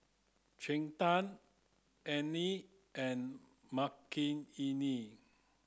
Chetan Anil and Makineni